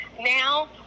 now